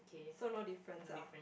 so no difference ah